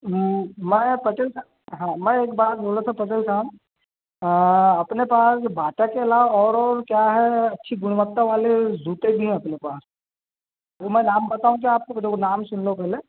वो मैं पटेल साहब हाँ मैं एक बात बोल रहा था पटेल साहब अपने पास बाटा के अलावा और और क्या है अच्छी गुणवत्ता वाले जूते भी हैं अपने पास वो मैं नाम बताऊँ क्या आपको देखो नाम सुन लो पहले